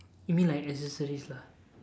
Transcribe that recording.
you mean like accessories lah